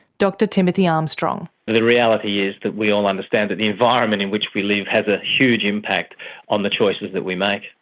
timothy armstrong the reality is that we all understand that the environment in which we live has a huge impact on the choices that we make.